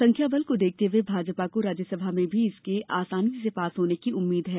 संख्या बल को देखते हुए भाजपा को राज्यसभा में भी इसके आसानी से पास होने की उम्मींद है